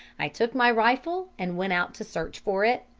i took my rifle and went out to search for it.